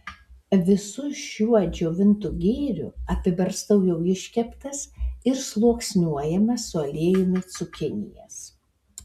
visu šiuo džiovintu gėriu apibarstau jau iškeptas ir sluoksniuojamas su aliejumi cukinijas